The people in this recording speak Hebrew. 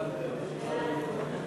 התאחדויות ואיגודי ספורט),